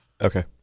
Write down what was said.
Okay